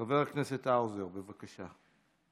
חבר הכנסת האוזר, בבקשה.